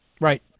Right